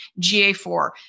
GA4